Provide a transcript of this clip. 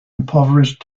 impoverished